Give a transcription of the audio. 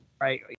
Right